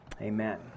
Amen